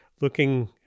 looking